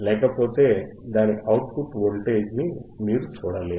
లేకపోతే దాని output voltage ని మీరు చూడలేరు